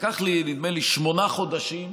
לקח לי, נדמה לי, שמונה חודשים,